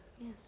Yes